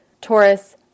Taurus